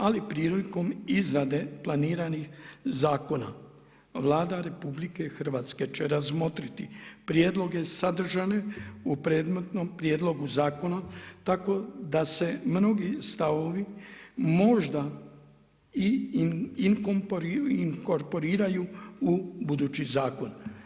Ali prilikom izrade planiranih zakona Vlada RH će razmotriti prijedloge sadržane u predmetnom prijedlogu zakona tako da se mnogi stavovi možda i inkorporiraju u budući zakon.